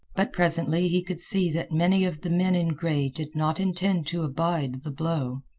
but presently he could see that many of the men in gray did not intend to abide the blow.